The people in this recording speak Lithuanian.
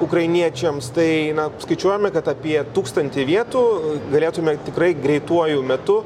ukrainiečiams tai na skaičiuojame kad apie tūkstantį vietų galėtume tikrai greituoju metu